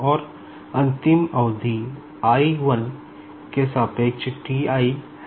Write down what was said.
और अंतिम अवधि i - 1 के सापेक्ष T i है